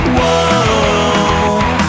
Whoa